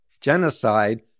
genocide